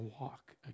walk